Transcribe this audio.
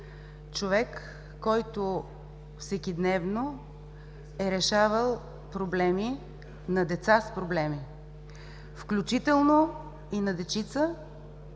човек, който всекидневно е решавал проблеми на деца с проблеми, включително и на дечица,